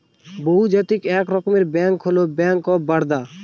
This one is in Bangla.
বহুজাতিক এক রকমের ব্যাঙ্ক হল ব্যাঙ্ক অফ বারদা